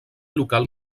local